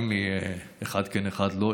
אין לי אחד כן ואחד לא,